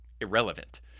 irrelevant